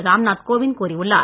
ராம்நாத் கோவிந்த் கூறியுள்ளார்